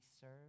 serve